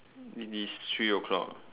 it is three o-clock